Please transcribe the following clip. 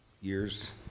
years